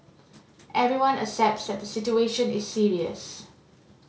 everyone accepts that the situation is serious